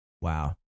Wow